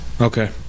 Okay